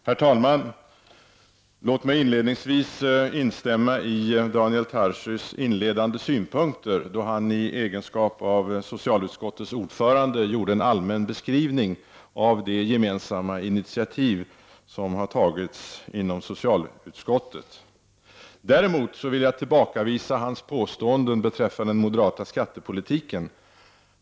Herr talman! Låt mig inledningsvis instämma i Daniel Tarschys inledande synpunkter, då han i egenskap av socialutskottets ordförande gjorde en allmän beskrivning av det gemensamma initiativ som tagits inom socialutskottet. Jag vill däremot tillbakavisa hans påståenden beträffande den moderata skattepolitiken.